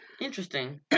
Interesting